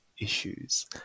issues